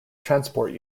transport